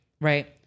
Right